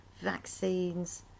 vaccines